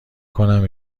کنم